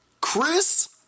Chris